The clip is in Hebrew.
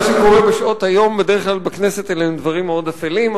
מה שקורה בשעות היום בכנסת הם בדרך כלל דברים מאוד אפלים,